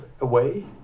away